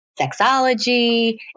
sexology